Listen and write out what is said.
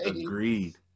Agreed